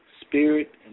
Spirit